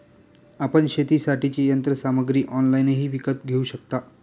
आपण शेतीसाठीची यंत्रसामग्री ऑनलाइनही विकत घेऊ शकता